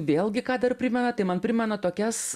vėlgi ką dar primena tai man primena tokias